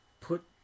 put